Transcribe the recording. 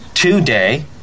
Today